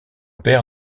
père